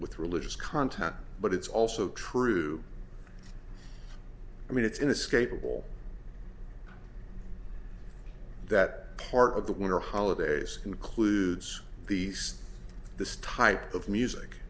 with religious content but it's also true i mean it's inescapable that part of the winter holidays includes these this type of music